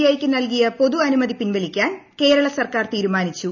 I യ്ക്ക് നൽകിയ പൊതുഅനുമതി പിൻവലിക്കാൻ കേരള സർക്കാർ തീരുമാനിച്ചു